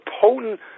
potent